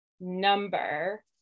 number